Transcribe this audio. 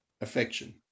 affection